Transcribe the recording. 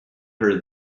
her